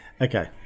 Okay